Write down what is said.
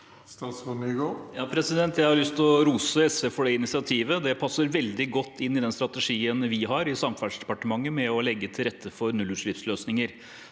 Jon-Ivar Nygård Jeg har lyst til å rose SV for det initiativet. Det passer veldig godt inn i den strategien vi har i Samferdselsdepartementet med å legge til rette for nullutslippsløsninger.